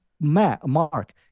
Mark